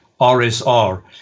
RSR